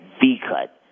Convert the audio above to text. V-cut